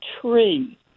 tree